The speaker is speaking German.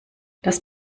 das